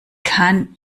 kann